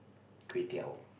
kway teow